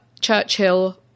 Churchill